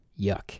Yuck